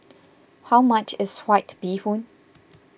how much is White Bee Hoon